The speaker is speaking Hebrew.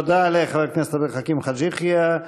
תודה לחבר הכנסת עבד אל חכים חאג' יחיא.